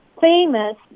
famous